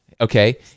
Okay